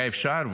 היה אפשר,